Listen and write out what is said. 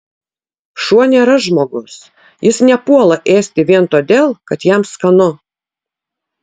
šuo nėra žmogus jis nepuola ėsti vien todėl kad jam skanu